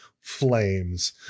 flames